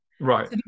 Right